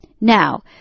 Now